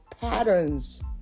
patterns